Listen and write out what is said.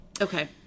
Okay